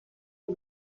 die